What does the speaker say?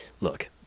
look